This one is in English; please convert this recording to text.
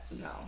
No